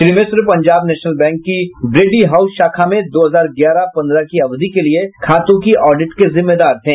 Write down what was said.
Shri Mishra Punjab National Bank की Brady House शाखा में दो हजार ग्यारह पन्द्रह की अवधि के लिए खातों की ऑडिट के जिम्मेदार थे